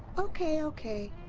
okay, okay.